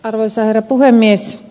arvoisa herra puhemies